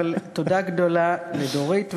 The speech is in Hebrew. אבל תודה גדולה לדורית ואג,